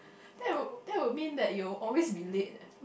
that will that will mean that you always be late eh